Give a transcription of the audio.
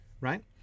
right